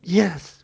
yes